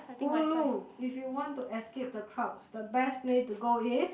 ulu if you want to escape the crowds the best place to go is